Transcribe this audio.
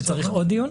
שצריך עוד דיון?